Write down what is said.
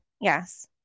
Yes